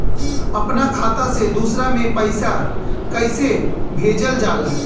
अपना खाता से दूसरा में पैसा कईसे भेजल जाला?